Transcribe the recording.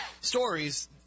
stories